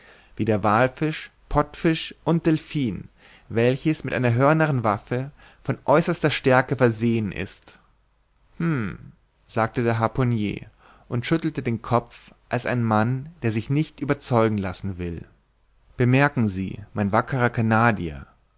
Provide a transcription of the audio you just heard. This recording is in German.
wie der wallfisch pottfisch und delphin welches mit einer hörnernen waffe von äußerster stärke versehen ist hm sagte der harpunier und schüttelte den kopf als ein mann der sich nicht überzeugen lassen will bemerken sie mein wackerer